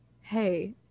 hey